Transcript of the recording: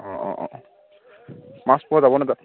অঁ অঁ অঁ মাছ পোৱা যাবনে তাত